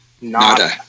nada